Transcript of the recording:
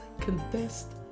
confessed